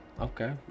Okay